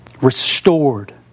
Restored